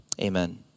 Amen